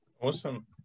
Awesome